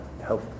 help